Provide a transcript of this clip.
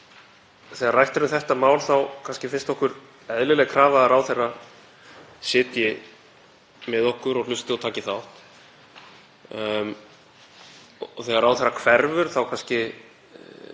þegar rætt er um þetta mál þá finnst okkur eðlileg krafa að ráðherra sitji með okkur og hlusti og taki þátt. Þegar ráðherra hverfur fer maður